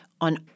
on